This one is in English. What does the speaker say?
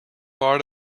part